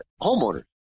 homeowners